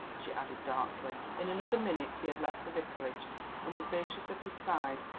she added darkly. in another minute he had left the vicarage and, with beatrice at his side,